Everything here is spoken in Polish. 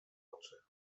oczy